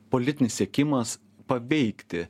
politinis siekimas paveikti